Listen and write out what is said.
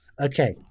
Okay